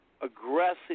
aggressive